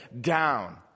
down